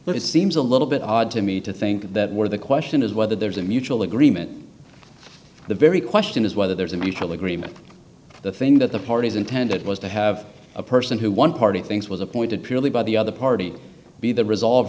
but it seems a little bit odd to me to think that where the question is whether there's a mutual agreement the very question is whether there's a mutual agreement the thing that the parties intended was to have a person who one party thinks was appointed purely by the other party be the